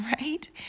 right